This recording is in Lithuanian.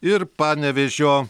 ir panevėžio